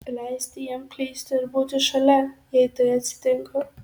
leisti jam klysti ir būti šalia jei tai atsitinka